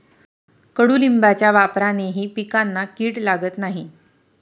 कडुलिंबाच्या वापरानेही पिकांना कीड लागत नाही